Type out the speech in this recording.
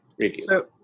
review